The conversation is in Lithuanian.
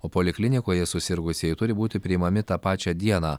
o poliklinikoje susirgusieji turi būti priimami tą pačią dieną